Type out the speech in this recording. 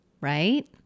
Right